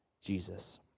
Jesus